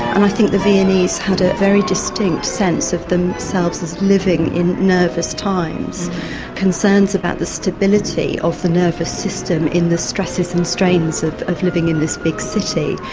and i think the viennese had a very distinct sense of themselves of living in nervous times concerns about the stability of the nervous system in the stresses and strains of of living in this big city.